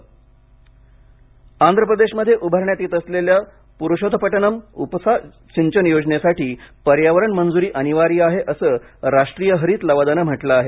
आंध्र प्रदेश हरित लवाद आंध्र प्रदेशमध्ये उभारण्यात येत असलेल्या पुरुषोथपटनम उपसा सिंचन योजनेसाठी पर्यावरण मंजुरी अनिवार्य आहे असं राष्ट्रीय हरित लवादाने म्हंटलं आहे